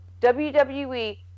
WWE